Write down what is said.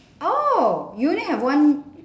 oh you only have one